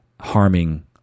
harming